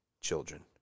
children